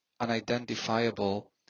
unidentifiable